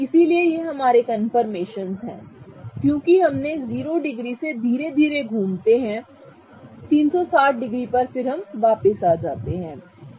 इसलिए ये हमारे कन्फर्मेशनस हैं क्योंकि हम 0 डिग्री से धीरे धीरे घूमते हैं और 360 डिग्री पर वापस आते हैं ठीक है